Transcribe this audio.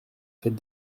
fête